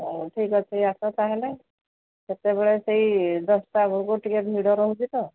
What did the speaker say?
ହଉ ଠିକ୍ ଅଛି ଆସ ତା'ହେଲେ ସେତେବେଳେ ସେଇ ଦଶଟା ଆଡ଼କୁ ଟିକେ ଭିଡ଼ ରହୁଛି ତ